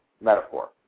metaphor